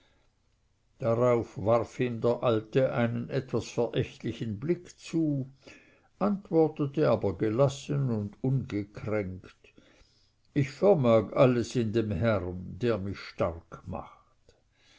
darauf warf ihm der alte einen etwas verächtlichen blick zu antwortete aber gelassen und ungekränkt ich vermag alles in dem herrn der mich stark macht